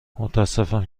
متاسفم